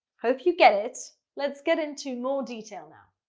hope you get it. let's get into more detail now.